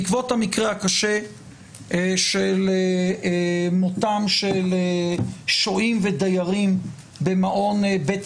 בעקבות המקרה הקשה של מותם של שוהים ודיירים במעון בית